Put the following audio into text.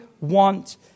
want